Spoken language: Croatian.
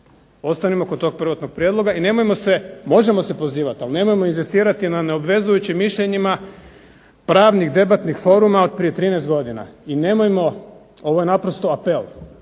Ostanimo kod tog prvotnog prijedloga i nemojmo se, možemo se pozivati, ali nemojmo inzistirati na neobvezujućim mišljenjima pravnim debatnim forumima od prije 13 godina. I nemojmo ovo je naprosto apel,